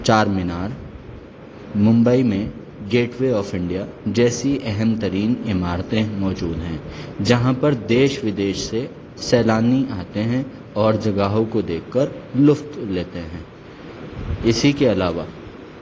چار مینار ممبئی میں Gateway of India جیسی اہم ترین عمارتیں موجود ہیں جہاں پر دیش ودیش سے سیلانی آتے ہیں اور جگہوں کو دیکھ کر لطف لیتے ہیں اسی کے علاوہ